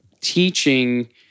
teaching